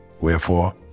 Wherefore